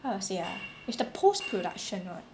how to say ah it's the post production [what]